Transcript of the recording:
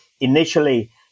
Initially